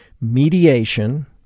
mediation